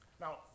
Now